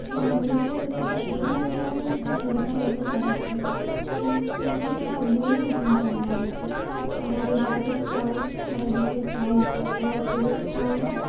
જેમાં ન્યૂઝપેપર કરતાં એડમાં જે આવેલ છેને એ વધારે અસરકારક છે કેમ કેમકે તેમાં બોલીને સમઝાવામાં આવે છે કે અમારી માર્કેટિંગમાં આવું છે અમારા બિઝનેસમાં આવું છે અમારી પ્રોડક્ટ્સમાં આવું છે